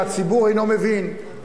שהציבור אינו מבין,